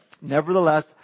Nevertheless